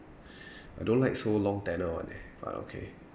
I don't like so long tenure [one] eh but okay